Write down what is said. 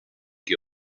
que